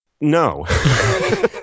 No